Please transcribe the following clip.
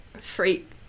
freak